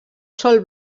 sol